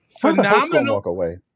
Phenomenal